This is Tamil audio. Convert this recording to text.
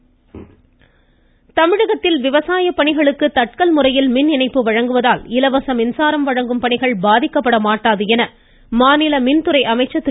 தங்கமணி தமிழகத்தில் விவசாய பணிகளுக்கு தட்கல் முறையில் மின் இணப்பு வழங்குவதால் இலவச மின்சாரம் வழங்கும் பணிகள் பாதிக்கப்பட மாட்டாது என்று மாநில மின்துறை அமைச்சர் திரு